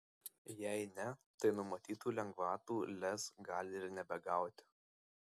jei ne tai numatytų lengvatų lez gali ir nebegauti